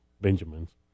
Benjamins